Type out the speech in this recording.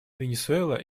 венесуэла